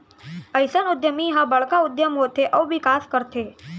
अइसन उद्यमी ह बड़का उद्यम होथे अउ बिकास करथे